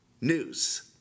news